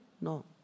No